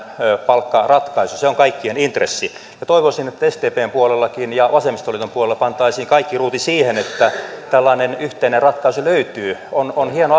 palkkaratkaisu se on kaikkien intressi toivoisin että sdpn puolellakin ja vasemmistoliiton puolella pantaisiin kaikki ruuti siihen että tällainen yhteinen ratkaisu löytyy on on hieno